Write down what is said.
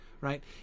Right